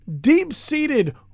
deep-seated